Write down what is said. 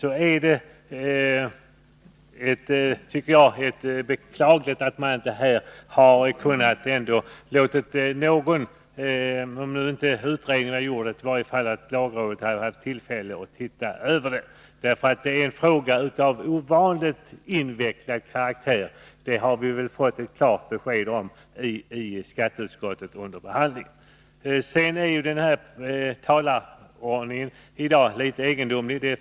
När nu inte utredningen har lämnat någon sådan tycker jag det är beklagligt att man inte bett lagrådet granska förslaget. Det här är nämligen en fråga av ovanligt invecklad karaktär, något som vi fått helt klart för oss under behandlingen i skatteutskottet. Talarordningen i dag är litet egendomlig.